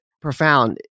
profound